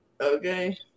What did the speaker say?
okay